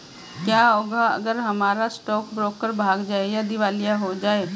क्या होगा अगर हमारा स्टॉक ब्रोकर भाग जाए या दिवालिया हो जाये?